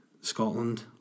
Scotland